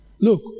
Look